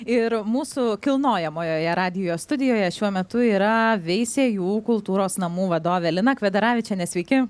ir mūsų kilnojamojoje radijo studijoje šiuo metu yra veisiejų kultūros namų vadovė lina kvedaravičienė sveiki